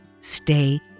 stay